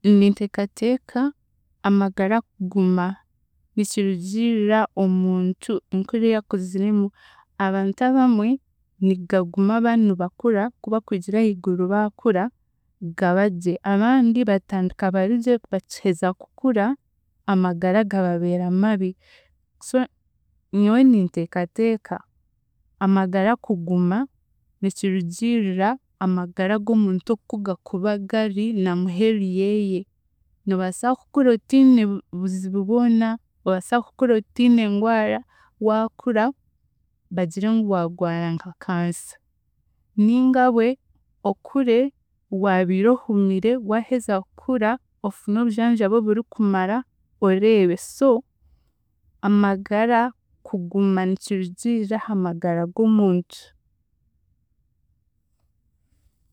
Ninteekateeka amagara kuguma, nikirugiriira omuntu enkura eyakuziremu, abantu abamwe, nigaguma baanibakura kubakwigira ahiiguru baakura gabagye abandi batandika bari gye bakiheza kukura, amagara gababeera mabi so nyowe ninteekateeka amagara kuguma, nikirugiirira amagara g'omuntu oku gakuba gari na muheru yeeye. Noobaasa kukura otiine buzibu bwona, noobaasa kukura otiine ngwara waakura bagire ngu waagwara nka kansa ninga bwe okure waabiire ohumire waaheza kukura ofune obujanjabi oburikumara oreebe so amagara kuguma nikirugiirira aha magara g'omuntu.